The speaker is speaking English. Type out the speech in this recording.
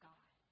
God